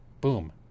Boom